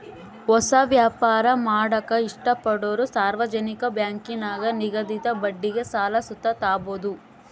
ಹೊಸ ವ್ಯಾಪಾರ ಮಾಡಾಕ ಇಷ್ಟಪಡೋರು ಸಾರ್ವಜನಿಕ ಬ್ಯಾಂಕಿನಾಗ ನಿಗದಿತ ಬಡ್ಡಿಗೆ ಸಾಲ ಸುತ ತಾಬೋದು